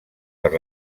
per